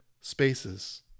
spaces